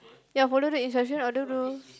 ya follow the instruction what to do